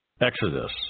Exodus